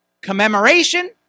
commemoration